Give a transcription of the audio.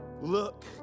look